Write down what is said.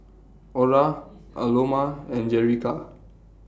Orra Aloma and Jerica